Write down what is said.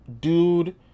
Dude